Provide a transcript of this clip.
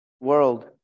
world